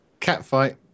Catfight